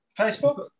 Facebook